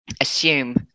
assume